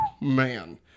man